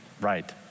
right